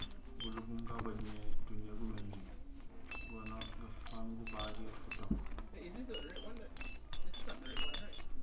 Gulobum gabajomé duniyee gumémééŋ; gonoyee gafang gubagiir futook.